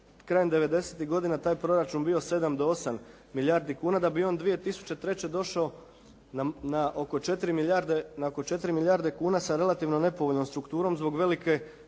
krajem 90-tih godina taj proračun bio 7 do 8 milijardi kuna da bi on 2003. došao na oko 4 milijarde, na oko 4 milijarde kuna sa relativno nepovoljnom strukturom zbog velike,